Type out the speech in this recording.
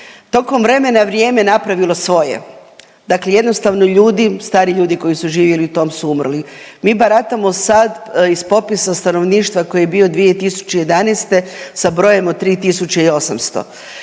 Tokom vremena vrijeme je napravilo svoje. Dakle, jednostavno ljudi, stari ljudi koji su živjeli u tom su umrli. Mi baratamo sad iz popisa stanovništva koji je bio 2011. sa brojem od 3.800.